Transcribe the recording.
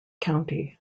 county